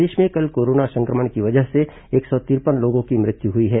प्रदेश में कल कोरोना संक्रमण की वजह से एक सौ तिरपन लोगों की मृत्यु हुई है